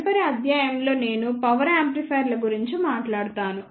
తదుపరి అధ్యాయం లో నేను పవర్ యాంప్లిఫైయర్ల గురించి మాట్లాడుతాను